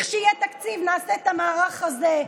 לכשיהיה תקציב נעשה את המערך הזה.